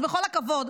אז בכל הכבוד,